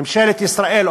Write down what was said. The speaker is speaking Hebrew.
ממשלת ישראל,